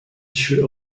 should